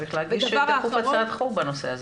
צריך להגיש דחוף הצעת חוק בנושא הזה.